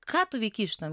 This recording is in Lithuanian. ką tu veiki šitam